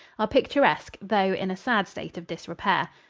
are picturesque, though in a sad state of disrepair.